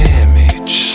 Damage